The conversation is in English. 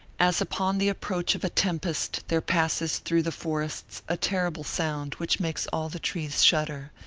as upon the approach of a tempest there passes through the forests a terrible sound which makes all the trees shudder,